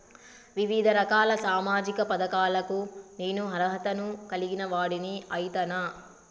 వివిధ రకాల సామాజిక పథకాలకు నేను అర్హత ను కలిగిన వాడిని అయితనా?